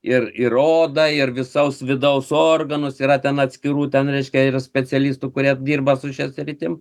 ir ir oda ir visos vidaus organus yra ten atskirų ten reiškia ir specialistų kurie dirba su šia sritim